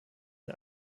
ihn